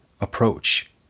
approach